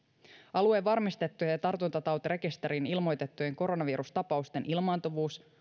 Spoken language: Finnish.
alueen varmistettujen ja tartuntatautirekisteriin ilmoitettujen koronavirustapausten ilmaantuvuus